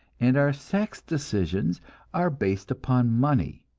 and our sex decisions are based upon money,